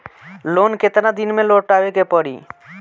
Loan केतना दिन में लौटावे के पड़ी?